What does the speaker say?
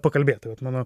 pakalbėt tai vat mano